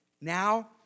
now